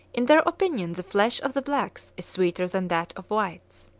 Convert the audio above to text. in their opinion the flesh of the blacks is sweeter than that of whites.